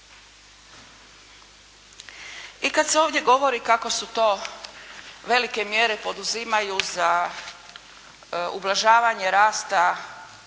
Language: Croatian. I kad se ovdje govori kako se to velike mjere poduzimaju za ublažavanje rasta